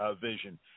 vision